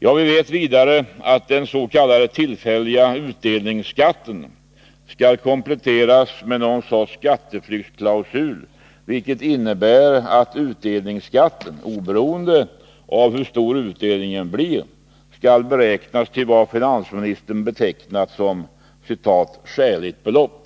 Vidare vet vi att den s.k. tillfälliga utdelningsskatten skall kompletteras med någon sorts skatteflyktsklausul, vilket innebär att utdelningsskatten, oberoende av hur stor utdelningen blir, skall beräknas till vad finansministern betecknat som ”skäligt belopp”.